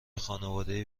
خانواده